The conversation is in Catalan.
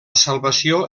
salvació